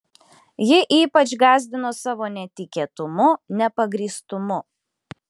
ji ypač gąsdino savo netikėtumu nepagrįstumu